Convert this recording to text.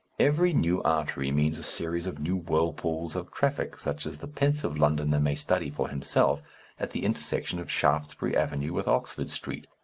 every new artery means a series of new whirlpools of traffic, such as the pensive londoner may study for himself at the intersection of shaftesbury avenue with oxford street,